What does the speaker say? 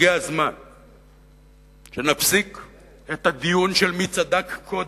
הגיע הזמן שנפסיק את הדיון של מי צדק קודם,